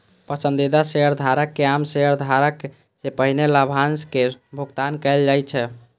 पसंदीदा शेयरधारक कें आम शेयरधारक सं पहिने लाभांशक भुगतान कैल जाइ छै